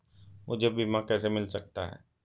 मुझे बीमा कैसे मिल सकता है?